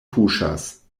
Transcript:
puŝas